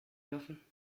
dürfen